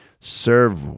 serve